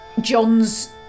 john's